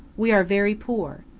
we are very poor.